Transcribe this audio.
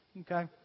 okay